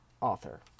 author